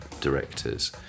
directors